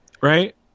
right